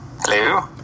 Hello